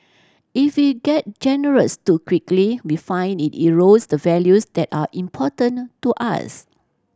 if we get generous too quickly we find it erodes the values that are important to us